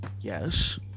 yes